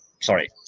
sorry